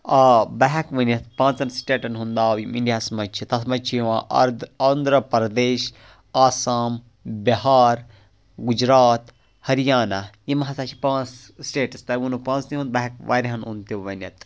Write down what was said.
آ بہٕ ہیٚکہِ ؤنِتھ پانٛژَن سٹیٹَن ہُنٛد ناو یِم اِنڈیاہَس مَنٛز چھِ تَتھ مَنٛز چھِ یِوان آنٛدرا پردیش آسام بِہار گُجرات ہریانہ یِم ہَسا چھِ پانٛژھ سٹیٹس تۄہہِ وونو پانٛژنٕے ہُنٛد بہٕ ہیٚکہٕ واریَہَن ہُنٛد تہٕ ویٚنِتھ